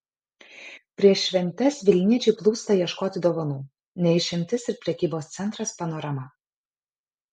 prieš šventes vilniečiai plūsta ieškoti dovanų ne išimtis ir prekybos centras panorama